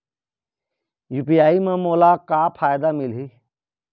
UPI म मोला का फायदा मिलही?